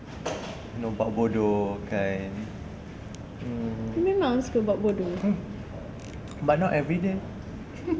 no buat bodoh kan mmhmm but not everyday